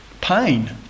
pain